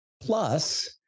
plus